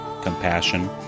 compassion